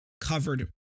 covered